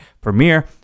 premiere